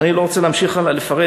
אני לא רוצה להמשיך הלאה לפרט,